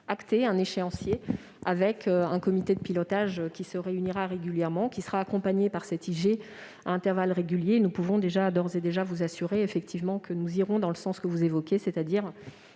acté un échéancier, avec un comité de pilotage qui se réunira régulièrement et sera accompagné par l'inspection générale. Nous pouvons d'ores et déjà vous assurer que nous irons dans le sens que vous évoquez, c'est-à-dire